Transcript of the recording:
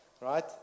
right